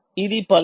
ఇది పల్స్